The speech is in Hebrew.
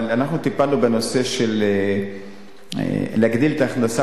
אבל אנחנו טיפלנו בנושא של הגדלת ההכנסה